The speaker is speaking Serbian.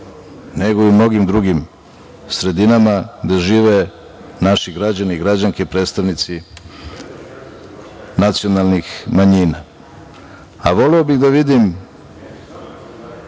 nego i u mnogim drugim sredinama gde žive naši građani i građanke predstavnici nacionalnih manjina. Voleo bih da vidim